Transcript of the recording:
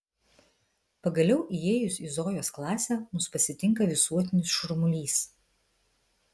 pagaliau įėjus į zojos klasę mus pasitinka visuotinis šurmulys